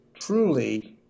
truly